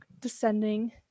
descending